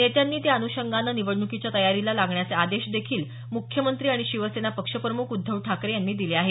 नेत्यांनी त्या अनुषंगानं निवडणुकीच्या तयारीला लागण्याचे आदेश देखील मुख्यमंत्री आणि शिवसेना पक्षप्रमुख उद्धव ठाकरे यांनी दिले आहेत